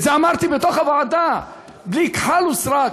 את זה אמרתי בוועדה בלי כחל וסרק.